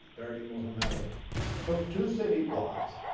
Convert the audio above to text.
berdimuhamedow took two city blocks,